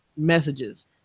messages